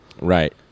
Right